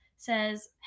says